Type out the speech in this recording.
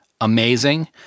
amazing